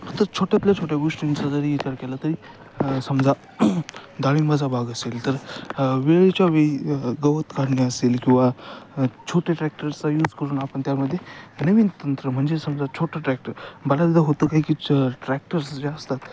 आता छोट्यातल्या छोट्या गोष्टींचा जरी विचार केला तरी समजा डाळिंबाचा भाग असेल तर वेळेच्यावेळी गवत काढणे असेल किंवा छोटे ट्रॅक्टर्सचा यूज करून आपण त्यामध्ये नवीन तंत्र म्हणजे समजा छोटं ट्रॅक्टर बाऱ्याचदा होतं काय की ट ट्रॅक्टर्स ज्या असतात